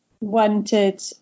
wanted